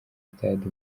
stade